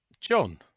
John